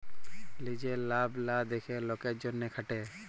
লিজের লাভ লা দ্যাখে লকের জ্যনহে খাটে